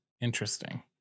interesting